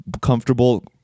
comfortable